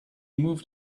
moved